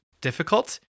difficult